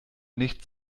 nicht